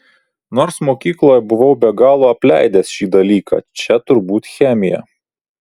nors mokykloje buvau be galo apleidęs šį dalyką čia turbūt chemija